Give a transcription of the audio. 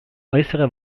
äußere